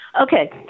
Okay